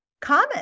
common